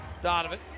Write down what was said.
Donovan